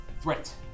threat